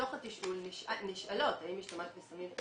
בתוך התשאול נשאל: האם השתמשת בסמים?